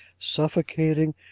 suffocating,